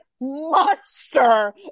monster